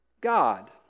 God